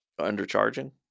undercharging